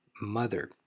mother